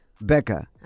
Becca